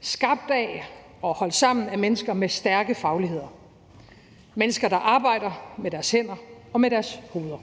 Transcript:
skabt af og holdt sammen af mennesker med stærke fagligheder. Det er mennesker, der arbejder med deres hænder og med deres hoveder.